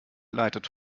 leitet